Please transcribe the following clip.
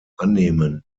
annehmen